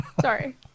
Sorry